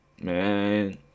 man